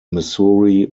missouri